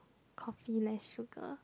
coffee less sugar